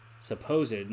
supposed